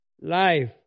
life